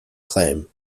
claim